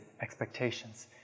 expectations